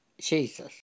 Jesus